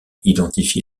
identifie